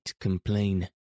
complain